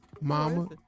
Mama